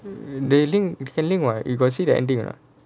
they link can link [what] you got see the ending or not